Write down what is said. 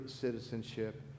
citizenship